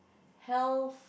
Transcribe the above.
health